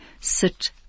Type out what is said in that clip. sit